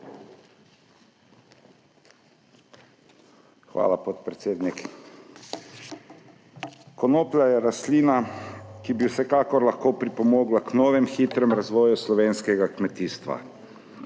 Hvala, podpredsednik. Konoplja je rastlina, ki bi vsekakor lahko pripomogla k novemu hitremu razvoju slovenskega kmetijstva.